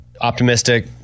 optimistic